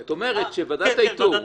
זאת אומרת, ועדת האיתור.